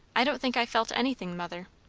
i don't think i felt anything, mother.